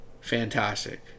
Fantastic